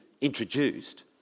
introduced